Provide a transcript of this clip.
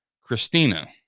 Christina